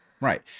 Right